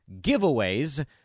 giveaways